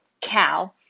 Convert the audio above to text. Cow